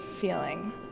feeling